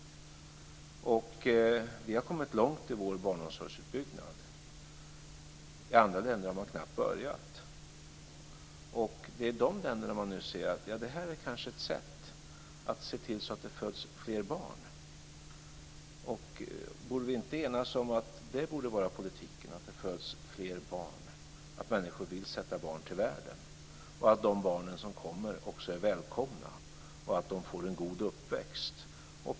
Vi har kommit långt i vår barnomsorgsutbyggnad. I andra länder har man knappt börjat. Det är i de länderna som man nu ser att det kanske är ett sätt att se till att det föds fler barn. Borde vi inte kunna enas om att det borde vara politiken, att det föds fler barn, att människor vill sätta barn till världen och att de barn som kommer också är välkomna och får en god uppväxt?